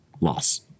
Loss